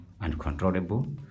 uncontrollable